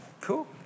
Cool